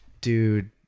Dude